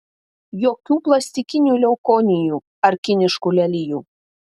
jokių plastikinių leukonijų ar kiniškų lelijų